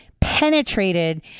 penetrated